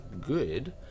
good